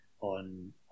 on